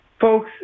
Folks